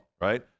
right